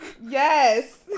Yes